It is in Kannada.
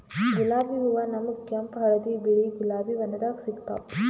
ಗುಲಾಬಿ ಹೂವಾ ನಮ್ಗ್ ಕೆಂಪ್ ಹಳ್ದಿ ಬಿಳಿ ಗುಲಾಬಿ ಬಣ್ಣದಾಗ್ ಸಿಗ್ತಾವ್